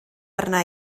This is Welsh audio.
arna